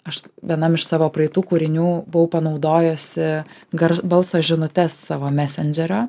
aš vienam iš savo praeitų kūrinių buvau panaudojusi gar balso žinutes savo mesendžerio